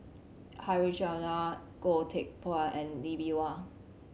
Harichandra Goh Teck Phuan and Lee Bee Wah